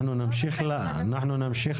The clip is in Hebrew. אנחנו נמשיך